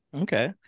Okay